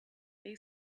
they